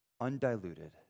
undiluted